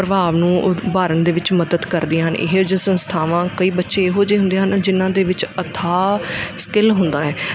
ਪ੍ਰਭਾਵ ਨੂੰ ਉਭਾਰਨ ਦੇ ਵਿੱਚ ਮੱਦਦ ਕਰਦੀਆਂ ਹਨ ਇਹੋ ਜਿਹੀ ਸੰਸਥਾਵਾਂ ਕਈ ਬੱਚੇ ਇਹੋ ਜਿਹੇ ਹੁੰਦੇ ਹਨ ਜਿੰਨਾਂ ਦੇ ਵਿੱਚ ਅਥਾਹ ਸਕਿੱਲ ਹੁੰਦਾ ਹੈ